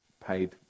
paid